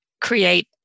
create